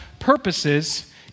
purposes